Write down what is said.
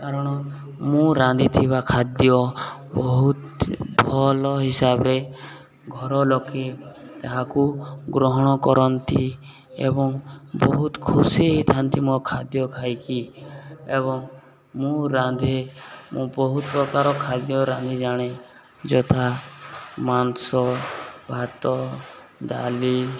କାରଣ ମୁଁ ରାନ୍ଧିଥିବା ଖାଦ୍ୟ ବହୁତ ଭଲ ହିସାବରେ ଘର ଲୋକେ ତାହାକୁ ଗ୍ରହଣ କରନ୍ତି ଏବଂ ବହୁତ ଖୁସି ହେଇଥାନ୍ତି ମୋ ଖାଦ୍ୟ ଖାଇକି ଏବଂ ମୁଁ ରାନ୍ଧେ ମୁଁ ବହୁତ ପ୍ରକାର ଖାଦ୍ୟ ରାନ୍ଧି ଜାଣେ ଯଥା ମାଂସ ଭାତ ଡ଼ାଲି